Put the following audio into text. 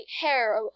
hair